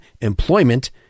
employment